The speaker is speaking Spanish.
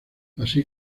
así